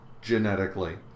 genetically